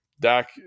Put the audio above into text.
Dak